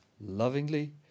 lovingly